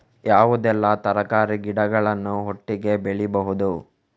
ಯಾವುದೆಲ್ಲ ತರಕಾರಿ ಗಿಡಗಳನ್ನು ಒಟ್ಟಿಗೆ ಬೆಳಿಬಹುದು?